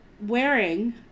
wearing